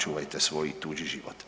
Čuvajte svoj i tuđi život.